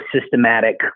systematic